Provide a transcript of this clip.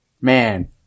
Man